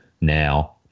now